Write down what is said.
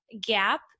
gap